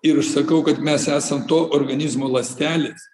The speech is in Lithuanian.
ir aš sakau kad mes esam to organizmo ląstelės